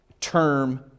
term